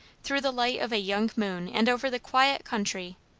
through the light of a young moon and over the quiet country,